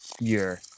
year